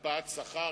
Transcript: הקפאת שכר.